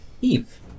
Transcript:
Eve